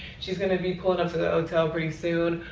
she's going to be pulling up to the hotel pretty soon.